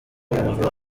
umuntu